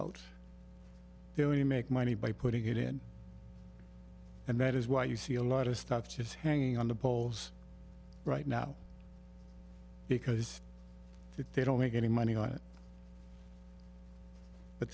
out there you make money by putting it in and that is why you see a lot of stuff just hanging on the polls right now because if they don't make any money